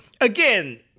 again